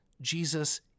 Jesus